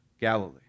Galilee